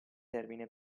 termine